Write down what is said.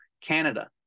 Canada